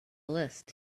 list